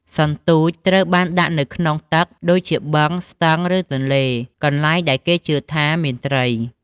សន្ទួចត្រូវបានដាក់នៅក្នុងទឹកដូចជា បឹង ស្ទឹង ឬទន្លេ កន្លែងដែលគេជឿថាមានត្រី។